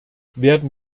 werden